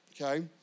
Okay